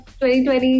2020